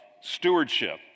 stewardship